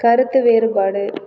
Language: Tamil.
கருத்து வேறுபாடு